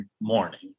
morning